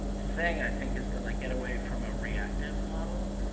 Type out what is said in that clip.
thing, i think, is to, like, get away from a reactive model.